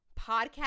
podcast